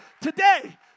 Today